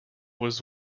was